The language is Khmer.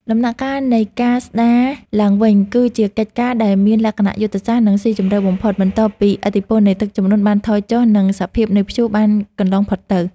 ដំណាក់កាលនៃ ការស្ដារឡើងវិញ គឺជាកិច្ចការដែលមានលក្ខណៈយុទ្ធសាស្ត្រ និងស៊ីជម្រៅបំផុត បន្ទាប់ពីឥទ្ធិពលនៃទឹកជំនន់បានថយចុះ ឬសភាពនៃព្យុះបានកន្លងផុតទៅ។